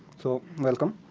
so, welcome.